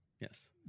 Yes